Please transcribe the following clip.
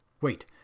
Wait